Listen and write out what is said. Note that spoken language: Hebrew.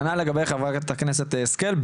כנ"ל לגבי חברת הכנסת שרן השכל.